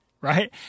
right